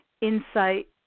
insight